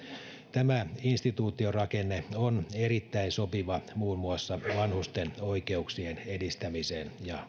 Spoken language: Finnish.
tämä instituutiorakenne on erittäin sopiva muun muassa vanhusten oikeuksien edistämiseen ja